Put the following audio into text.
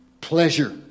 pleasure